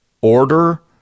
order